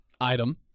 item